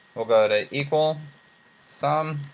we'll go to equal sum,